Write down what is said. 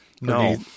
No